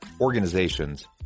organizations